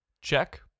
Check